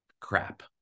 crap